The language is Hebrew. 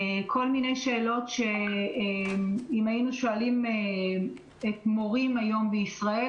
כל מיני שאלות שאם היינו שואלים מורים היום בישראל,